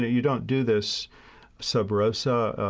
you don't do this sub rosa,